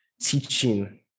teaching